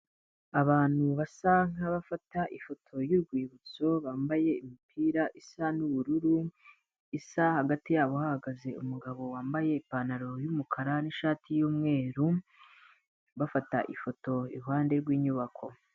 Abantu basa nk'abafata ifoto y'urwibutso bambaye imipira isa n'ubururu isa, hagati yabo hahagaze umugabo wambaye ipantaro y'umukara n'ishati y'umweru bafata ifoto iruhande rw'inyubako.